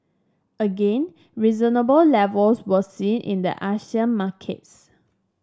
again reasonable levels were seen in the Asian markets